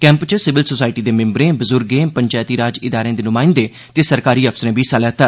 camp च civil society दे मैम्बरें बुजुर्गें पंचैती राज इदारें दे नुमाइंदें ते सरकारी अफसरें बी हिस्सा लैता